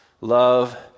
love